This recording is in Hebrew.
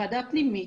ועדה פנימית,